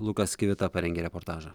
lukas kivita parengė reportažą